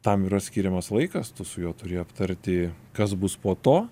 tam yra skiriamas laikas tu su juo turi aptarti kas bus po to